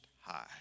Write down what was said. high